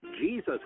Jesus